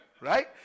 Right